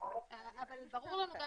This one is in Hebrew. אבל זה ברור גם